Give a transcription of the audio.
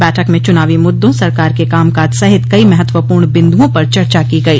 बैठक में चुनावी मुद्दों सरकार के कामकाज सहित कई महत्वपूर्ण बिन्द्रओं पर चर्चा की गई